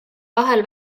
vahel